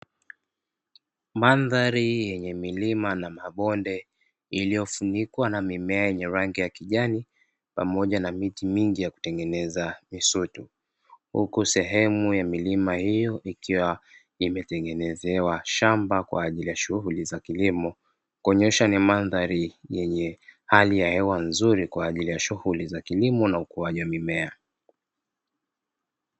Mandhari yenye milima na mabonde yaliyofunikwa na mimea yenye rangi ya kijani pamoja na miti mingi ya kutengeneza misitu, huku sehemu ya milima hiyo ikiwa imetengenezewa shamba kwa ajili ya shughuli za kilimo, kuonyesha ni mandhari yenye hali ya hewa nzuri kwa ajili ya shughuli za kilimo na ukuaji mimea.